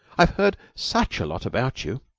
i've heard such a lot about you.